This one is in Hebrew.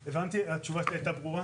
התשובה שלי הייתה ברורה?